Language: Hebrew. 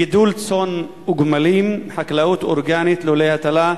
גידול צאן וגמלים, חקלאות אורגנית, לולי הטלה,